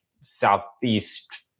Southeast